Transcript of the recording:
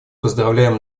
поздравляем